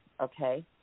okay